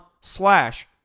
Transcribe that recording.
slash